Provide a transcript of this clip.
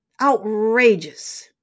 outrageous